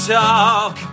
talk